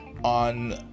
On